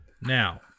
Now